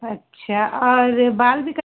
अच्छा और बाल भी कट